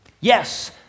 Yes